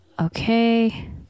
Okay